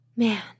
man